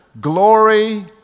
glory